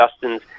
Justin's